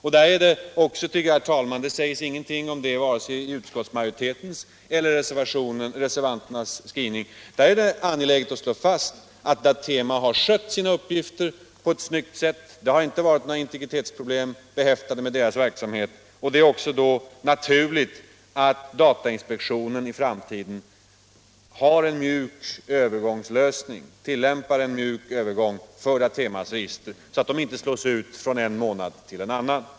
Det är angeläget att slå fast — det sägs inte någonting om detta i vare sig utskottsmajoritetens eller reservanternas skrivning — att Datema skött sina uppgifter på ett snyggt sätt. Det har inte varit några integritetsproblem behäftade med dess verksamhet. Det är också då naturligt att datainspektionen i framtiden tillämpar en mjuk övergång för Datemas register, så att det inte slås ut från en månad till en annan.